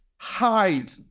hide